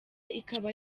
ikaba